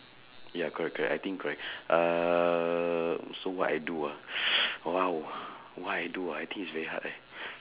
ya correct correct I think correct uh so what I do ah !wow! what I do ah I think is very hard leh